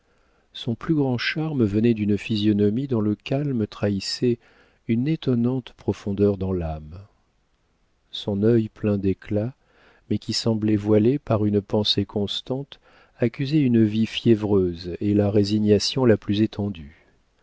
son plus grand charme venait d'une physionomie dont le calme trahissait une étonnante profondeur dans l'âme son œil plein d'éclat mais qui semblait voilé par une pensée constante accusait une vie fiévreuse et la résignation la plus étendue